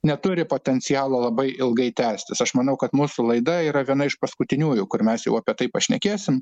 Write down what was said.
neturi potencialo labai ilgai tęstis aš manau kad mūsų laida yra viena iš paskutiniųjų kur mes jau apie tai pašnekėsim